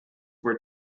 were